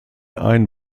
ein